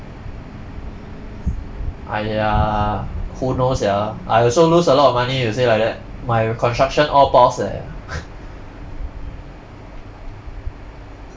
!aiya! who know sia I also lose a lot of money you say like that my construction all pause leh